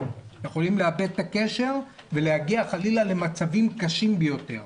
יכולים לאבד את הקשר ולהגיע חלילה למצבים קשים ביותר.